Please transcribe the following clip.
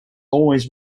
always